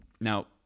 Now